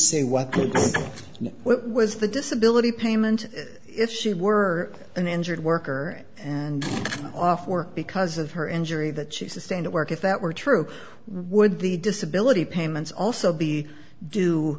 say what was the disability payment if she were an injured worker and off work because of her injury that she sustained at work if that were true would the disability payments also be d